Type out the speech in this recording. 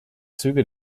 züge